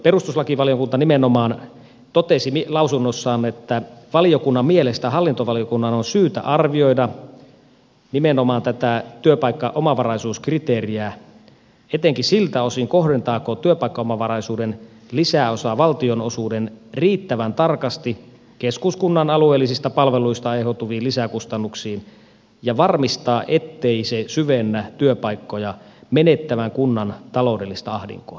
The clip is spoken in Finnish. perustuslakivaliokunta nimenomaan totesi lausunnossaan että valiokunnan mielestä hallintovaliokunnan on syytä arvioida nimenomaan tätä työpaikkaomavaraisuuskriteeriä etenkin siltä osin kohdentaako työpaikkaomavaraisuuden lisäosa valtionosuuden riittävän tarkasti keskuskunnan alueellisista palveluista aiheutuviin lisäkustannuksiin ja varmistaa ettei se syvennä työpaikkoja menettävän kunnan taloudellista ahdinkoa